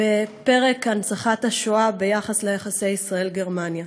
בפרק הנצחת השואה ביחס ליחסי ישראל גרמניה.